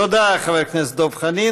תודה, חבר הכנסת דב חנין.